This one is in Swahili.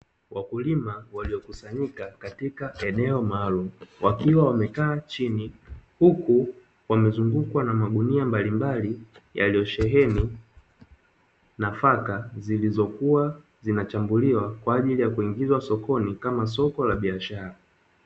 Wakulima waliokusanyika katika eneo maalumu, wakiwa wamekaa chini huku wamezungukwa na maguni mbalimbali yaliyosheneni nafaka zilizokuwa zinachambuliwa kwa ajili ya kuingizwa sokoni kama soko la biashara.